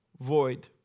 void